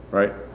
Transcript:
right